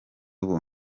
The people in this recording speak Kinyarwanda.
ubu